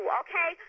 okay